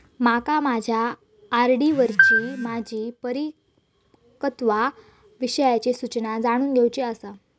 माका माझ्या आर.डी वरची माझी परिपक्वता विषयची सूचना जाणून घेवुची आसा